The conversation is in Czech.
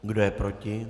Kdo je proti?